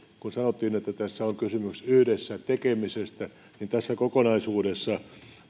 kun sanottiin että tässä on kysymys yhdessä tekemisestä niin tässä kokonaisuudessa